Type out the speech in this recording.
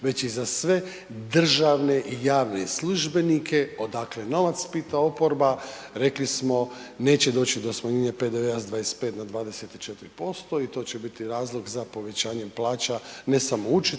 već i za sve državne i javne službenike, odakle novac, pita oporbi, rekli smo neće doći do smanjenja PDV-a sa 25 na 24% i to će biti razlog za povećanje plaće ne samo učiteljima